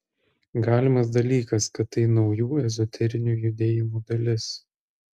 galimas dalykas kad tai naujų ezoterinių judėjimų dalis